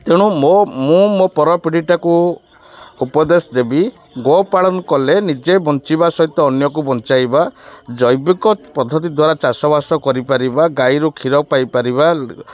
ତେଣୁ ମୋ ମୁଁ ମୋ ପରପିଢ଼ିଟାକୁ ଉପଦେଶ ଦେବି ଗୋପାଳନ କଲେ ନିଜେ ବଞ୍ଚିବା ସହିତ ଅନ୍ୟକୁ ବଞ୍ଚାଇବା ଜୈବିକ ପଦ୍ଧତି ଦ୍ୱାରା ଚାଷବାସ କରିପାରିବା ଗାଈରୁ କ୍ଷୀର ପାଇପାରିବା